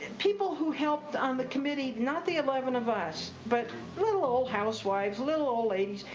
people who helped on the committee, not the eleven of us, but little old housewives, little old ladies,